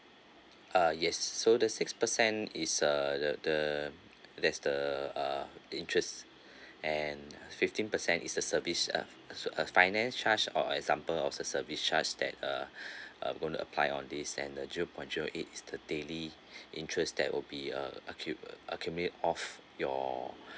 uh yes so the six percent is uh the there's the uh interests and fifteen percent is the service uh so uh finance charge or example of the service charge that uh uh going to apply on this and the zero point zero eight it's the daily interest that will be uh acute~ accumulate off your